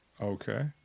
Okay